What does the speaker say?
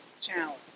challenge